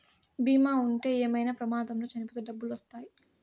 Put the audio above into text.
బీమా ఉంటే ఏమైనా ప్రమాదంలో చనిపోతే డబ్బులు వత్తాయి